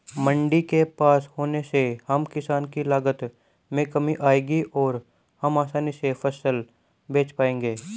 मंडी के पास होने से हम किसान की लागत में कमी आएगी और हम आसानी से फसल बेच पाएंगे